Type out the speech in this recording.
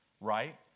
right